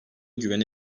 güveni